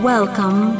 Welcome